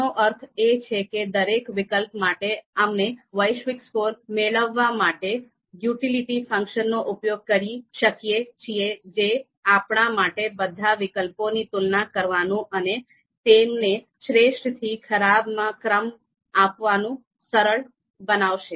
આનો અર્થ એ છે કે દરેક વિકલ્પ માટે અમે વૈશ્વિક સ્કોર મેળવવા માટે યુટિલિટી ફંક્શનનો ઉપયોગ કરી શકીએ છીએ જે આપણા માટે બધા વિકલ્પોની તુલના કરવાનું અને તેમને શ્રેષ્ઠથી ખરાબમાં ક્રમ આપવાનું સરળ બનાવશે